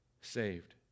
saved